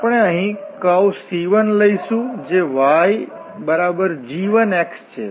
આપણે અહી curve C1 લઈશું જે yg1 છે